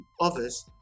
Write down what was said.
others